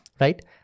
right